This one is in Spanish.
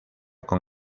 con